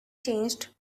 changed